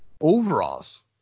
overalls